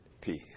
peace